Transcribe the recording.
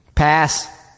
Pass